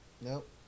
Nope